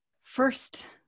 first